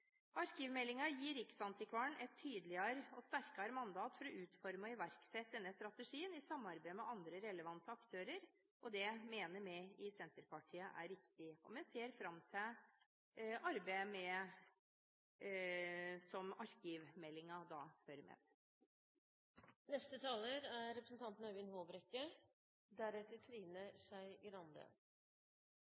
gir riksarkivaren et tydeligere og sterkere mandat for å utforme og iverksette denne strategien i samarbeid med andre relevante aktører, og det mener vi i Senterpartiet er riktig. Vi ser fram til arbeidet som arkivmeldingen fører med